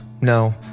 no